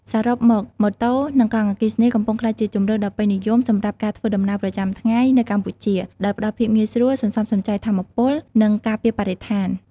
សរុបមកម៉ូតូ និងកង់អគ្គិសនីកំពុងក្លាយជាជម្រើសដ៏ពេញនិយមសម្រាប់ការធ្វើដំណើរប្រចាំថ្ងៃនៅកម្ពុជា ដោយផ្តល់ភាពងាយស្រួល សន្សំសំចៃថាមពល និងការពារបរិស្ថាន។